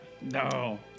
No